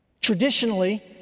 Traditionally